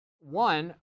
One